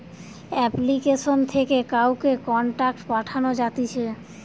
application থেকে কাউকে contact পাঠানো যাতিছে